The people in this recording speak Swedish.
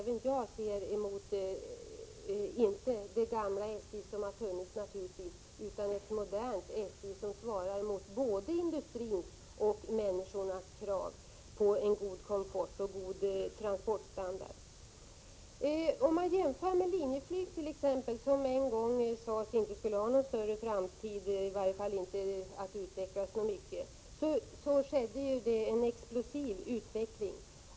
Även jag ser naturligtvis fram mot, inte det gamla SJ, utan ett modernt SJ, som svarar mot både industrins och människornas krav på en god komfort och god transportstandard. Om man jämför med t.ex. Linjeflyg, som en gång sades inte ha någon större framtid, eller som i varje fall inte skulle utvecklas så mycket, ser man att det där skedde en explosiv utveckling.